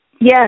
Yes